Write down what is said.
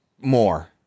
more